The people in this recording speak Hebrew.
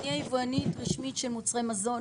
אני יבואנית רשמית של מוצרי מזון,